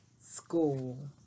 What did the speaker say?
school